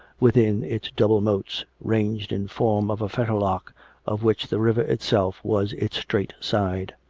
within its double moats, ranged in form of a fetterlock of which the river itself was its straight side.